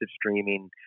streaming